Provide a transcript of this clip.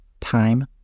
time